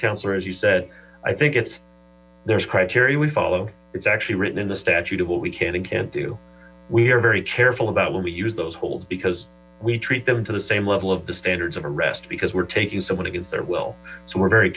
counselor as you said i think it's there's criteria we follow it's actually written in the statute what we can ad can't do we are very careful about when we use those holds because we treat them to the same level the standards of arrest because we're taking someone against their will so we're very